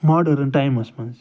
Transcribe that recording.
modern times منٛز